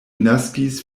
naskis